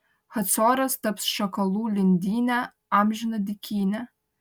hacoras taps šakalų lindyne amžina dykyne